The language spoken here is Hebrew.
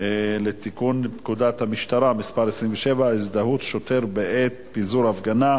לתיקון פקודת המשטרה (מס' 27) (הזדהות שוטר בעת פיזור הפגנה),